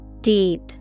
Deep